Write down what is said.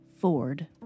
Ford